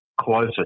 closer